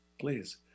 Please